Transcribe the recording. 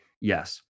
yes